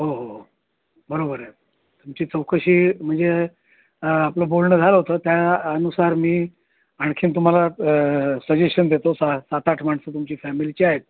हो हो बरोबर आहे तुमची चौकशी म्हणजे आपलं बोलणं झालं होतं तर त्यानुसार मी आणखी तुम्हाला सजेशन देतो सा सात आठ माणसं तुमची फॅमिलीचे आहेत